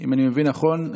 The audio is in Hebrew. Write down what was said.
אם אני מבין נכון,